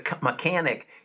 mechanic